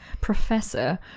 professor